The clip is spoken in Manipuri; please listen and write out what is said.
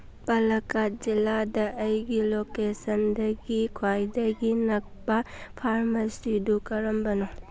ꯄꯂꯀꯠ ꯖꯤꯂꯥꯗ ꯑꯩꯒꯤ ꯂꯣꯀꯦꯁꯟꯗꯒꯤ ꯈ꯭ꯋꯥꯏꯗꯒꯤ ꯅꯛꯄ ꯐꯥꯔꯃꯥꯁꯤꯗꯨ ꯀꯔꯝꯕꯅꯣ